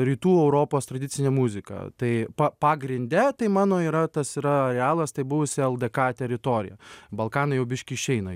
rytų europos tradicinę muziką tai pa pagrinde tai mano yra tas yra arealas tai buvusi ldk teritorija balkanai jau biškį išeina